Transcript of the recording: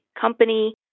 company